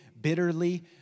bitterly